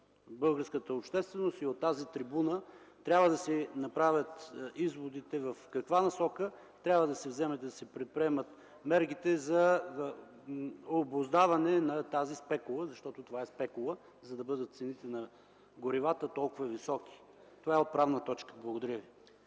българската общественост и е даден от тази трибуна, трябва да си направят изводите в каква насока трябва да се предприемат мерките за обуздаване на тази спекула, защото това е спекула. Спекула е, защото цените на горивата са толкова високи. Това е отправна точка, благодаря Ви.